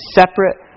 separate